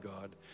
God